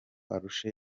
arushe